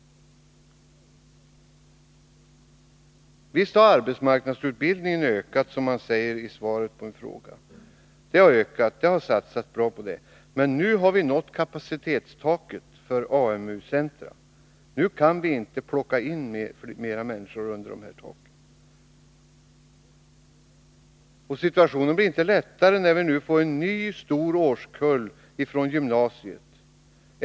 Visst har arbetsmarknadsutbildningen ökat, som det sägs i svaret på min interpellation. Man har satsat bra på det. Men nu har vi nått kapacitetstaket för AMU-centra. Nu kan vi inte plocka in flera människor under det taket. Situationen blir inte lättare när vi nu får en ny stor årskull från gymnasiet.